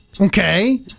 Okay